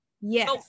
Yes